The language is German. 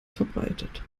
verbreitet